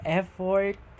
effort